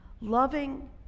Loving